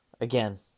again